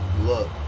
Look